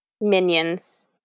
minions